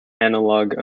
analogue